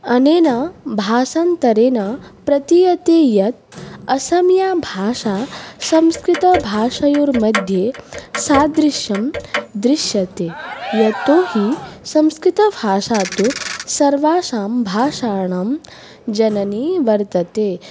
अनेन भाषान्तरेण प्रतीयते यत् असमीयभाषा संस्कृतभाषयोर्मध्ये सादृश्यं दृश्यते यतो हि संस्कृतभाषा तु सर्वासां भाषाणां जननी वर्तते